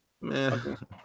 Man